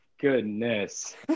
Goodness